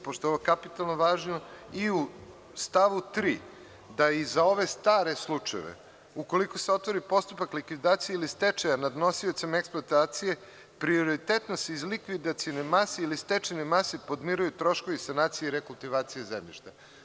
Izvinjavam se, ovo je kapitalno važno. …i u stavu 3. da i za ove stare slučajeve, ukoliko se otvori postupak likvidacije ili stečaja nad nosiocem eksploatacije, prioritetno se iz likvidacione mase ili stečajne mase podmiruju troškovi sanacije i rekultivacije zemljišta.